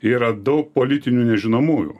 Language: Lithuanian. yra daug politinių nežinomųjų